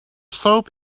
soap